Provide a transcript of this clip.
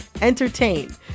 entertain